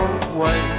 away